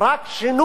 רק שינוי